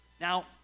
Now